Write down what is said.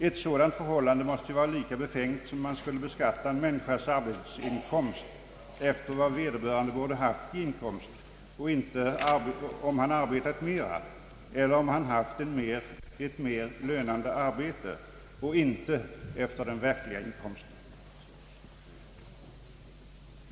Ett sådant förhållande måste ju vara lika befängt som om man skulle beskatta en människas arbetsinkomst efter vad vederbörande borde haft i inkomst, om han arbetat mera eller haft ett mera lönande arbete, och inte efter den verkliga inkomsten.